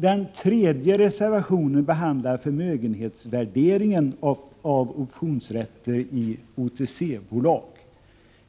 Den tredje reservationen behandlar förmögenhetsvärderingen av optionsrätter i OTC-bolag.